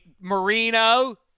Marino